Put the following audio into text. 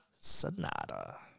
Sonata